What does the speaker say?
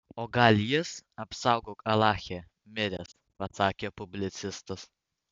o gal jis apsaugok alache miręs pasakė publicistas